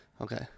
Okay